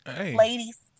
ladies